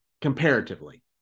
comparatively